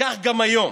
וכך גם היום